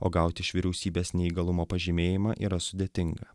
o gauti iš vyriausybės neįgalumo pažymėjimą yra sudėtinga